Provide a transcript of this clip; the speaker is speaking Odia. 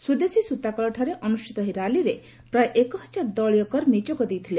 ସ୍ୱଦେଶୀ ସୁତାକଳଠାରେ ଅନୁଷ୍ଠିତ ଏହି ର୍ୟାଲିରେ ପ୍ରାୟ ଏକହଜାର ଦଳୀୟ କର୍ମୀ ଯୋଗଦେଇଥିଲେ